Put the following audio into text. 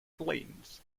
plains